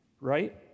right